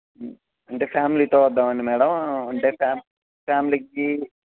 అంటే ఫ్యామిలీతో వద్దామని మ్యాడమ్ అంటే ఫ్యా ఫ్యామిలీకి